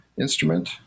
instrument